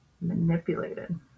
manipulated